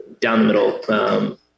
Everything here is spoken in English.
down-the-middle